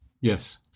Yes